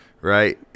right